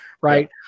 right